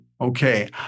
Okay